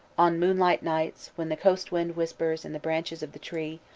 on moonlight nights, when the coast-wind whispers in the branches of the tree,